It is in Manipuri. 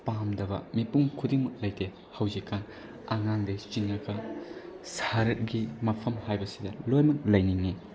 ꯄꯥꯝꯗꯕ ꯃꯤꯄꯨꯝ ꯈꯨꯗꯤꯡꯃꯛ ꯂꯩꯇꯦ ꯍꯧꯖꯤꯛꯀꯥꯟ ꯑꯉꯥꯡꯗꯒꯤ ꯆꯤꯡꯉꯒ ꯁꯍꯔꯒꯤ ꯃꯐꯝ ꯍꯥꯏꯕꯁꯤꯗ ꯂꯣꯏꯅꯃꯛ ꯂꯩꯅꯤꯡꯏ